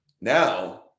Now